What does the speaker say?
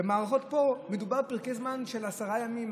ובמערכות פה מדובר בפרקי זמן של עשרה ימים,